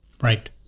Right